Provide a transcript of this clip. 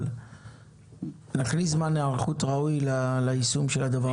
אבל נכניס זמן היערכות ראוי ליישום של הדבר הזה.